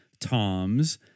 Tom's